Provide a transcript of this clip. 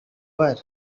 were